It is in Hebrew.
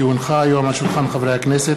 כי הונחה היום על שולחן הכנסת,